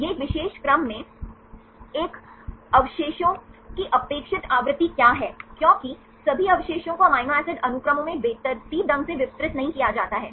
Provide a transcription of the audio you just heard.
ये क्रमबद्ध परिवर्तन हैं फिर किसी विशेष स्थिति में किसी विशेष अवशेषों की अपेक्षित आवृत्ति क्या है क्योंकि सभी अवशेषों को अमीनो एसिड अनुक्रमों में बेतरतीब ढंग से वितरित नहीं किया जाता है